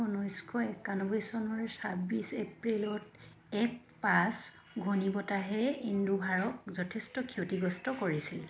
ঊনৈছশ একানব্বৈ চনৰ চাব্বিছ এপ্ৰিলত এক পাঁচ ঘূৰ্ণিবতাহেৰে যথেষ্ট ক্ষতিগ্ৰস্ত কৰিছিল